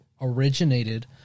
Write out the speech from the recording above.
originated